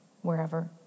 wherever